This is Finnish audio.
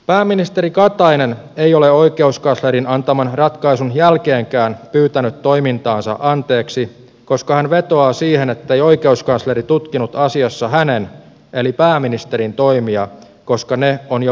pääministeri katainen ei ole oikeuskanslerin antaman ratkaisun jälkeenkään pyytänyt toimintaansa anteeksi koska hän vetoaa siihen ettei oikeuskansleri tutkinut asiassa hänen eli pääministerin toimiaan koska ne on jo perustuslakivaliokunnassa tutkittu